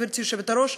גברתי היושבת-ראש,